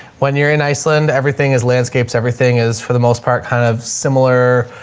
when you're in iceland, everything is landscapes. everything is for the most part kind of similar,